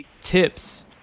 tips